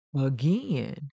again